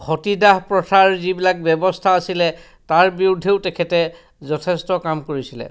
সতীদাহ প্ৰথাৰ যিবিলাক ব্যৱস্থা আছিলে তাৰ বিৰুদ্ধেও তেখেতে যথেষ্ট কাম কৰিছিলে